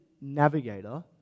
navigator